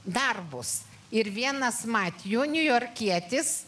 darbus ir vienas matju niujorkietis